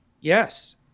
Yes